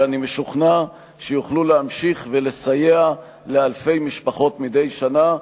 שאני משוכנע שיוכלו להמשיך לסייע לאלפי משפחות מדי שנה,